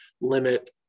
limit